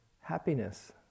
happiness